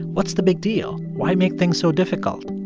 what's the big deal? why make things so difficult?